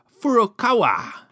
Furukawa